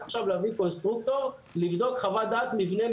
עכשיו להביא קונסטרוקטור לבדוק חוות דעת מבנה,